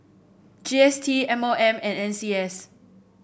G S T M O M and N C S